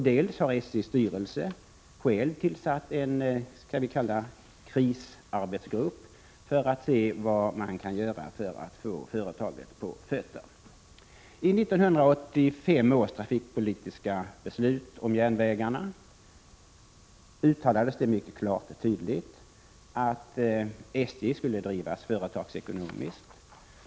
Dessutom har SJ:s styrelse själv tillsatt vad vi kan kalla en krisarbetsgrupp för att se vad man kan göra för att få företaget på fötter. I 1985 års trafikpolitiska beslut om järnvägarna uttalades det mycket klart och tydligt att SJ skulle drivas företagsekonomiskt.